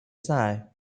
snow